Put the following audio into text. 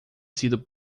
sido